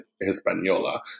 Hispaniola